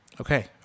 Okay